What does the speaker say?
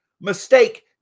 mistake